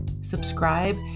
subscribe